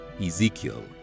Ezekiel